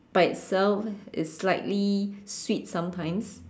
by itself is slightly sweet sometimes